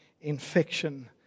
infection